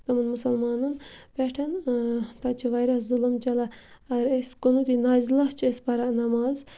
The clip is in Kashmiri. تِمَن مُسلمانَن پٮ۪ٹھ تَتہِ چھِ واریاہ ظُلُم چَلان اَگر أسۍ قنوٗتِ نازلہ چھِ أسۍ پَران نٮ۪ماز